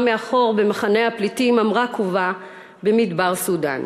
מאחור במחנה הפליטים אמרה-קובה במדבר סודאן.